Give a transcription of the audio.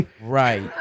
Right